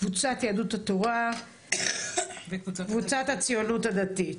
קבוצת יהדות התורה וקבוצת הציונות הדתית.